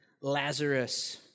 Lazarus